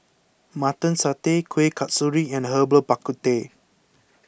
Mutton Satay Kueh Kasturi and Herbal Bak Ku Teh